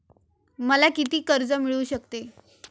मला किती कर्ज मिळू शकते?